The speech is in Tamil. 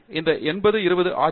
இது 80 20 ஆட்சி